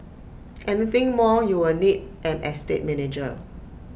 anything more you would need an estate manager